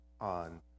on